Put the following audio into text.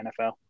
NFL